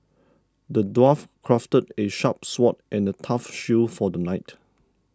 the dwarf crafted a sharp sword and a tough shield for the knight